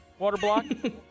Waterblock